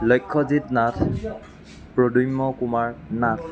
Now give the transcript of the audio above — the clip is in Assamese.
লক্ষ্যজিত নাথ প্ৰদ্য়ুম্ন কুমাৰ নাথ